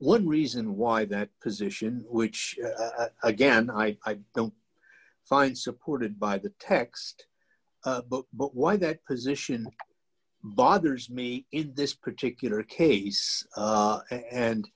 one reason why that position which again i don't find supported by the text book but why that position bothers me in this particular case